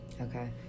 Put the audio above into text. okay